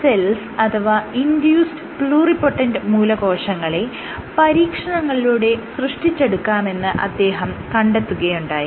iPS cells അഥവാ induced pluripotent മൂലകോശങ്ങളെ പരീക്ഷണങ്ങളിലൂടെ സൃഷ്ടിച്ചെടുക്കാമെന്ന് അദ്ദേഹം കണ്ടെത്തുകയുണ്ടായി